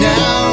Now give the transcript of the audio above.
Now